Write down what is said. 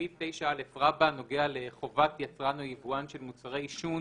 סעיף 9א נוגע לחובת יצרן או יבואן של מוצרי עישון